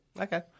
Okay